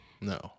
No